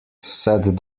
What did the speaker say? said